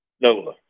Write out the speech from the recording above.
NOLA